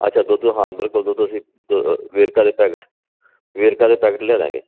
ਅੱਛਾ ਦੁੱਧ ਹਾਂ ਬਿਲਕੁਲ ਦੁੱਧ ਅਸੀਂ ਵੇਰਕਾ ਦੇ ਪੈਕਟ ਵੇਰਕਾ ਦੇ ਪੈਕਟ ਲਿਆ ਦਾਂਗੇ